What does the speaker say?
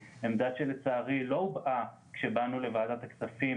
עמדה שלצערי לא הובעה כשבאנו לוועדת הכספים